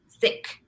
thick